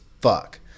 fuck